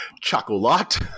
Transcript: Chocolat